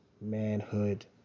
manhood